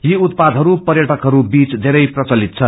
यी उत्पादइरू प्यटकहरू बीच धेरै प्रचलित छन्